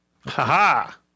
Ha-ha